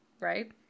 right